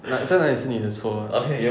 like 真的也是你的错 lor